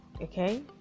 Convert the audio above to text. okay